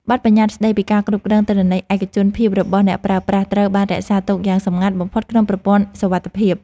បទប្បញ្ញត្តិស្ដីពីការគ្រប់គ្រងទិន្នន័យឯកជនភាពរបស់អ្នកប្រើប្រាស់ត្រូវបានរក្សាទុកយ៉ាងសម្ងាត់បំផុតក្នុងប្រព័ន្ធសុវត្ថិភាព។